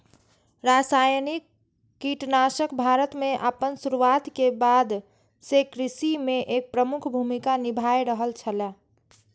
रासायनिक कीटनाशक भारत में आपन शुरुआत के बाद से कृषि में एक प्रमुख भूमिका निभाय रहल छला